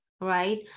right